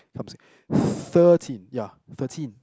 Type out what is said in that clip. thirteen ya thirteen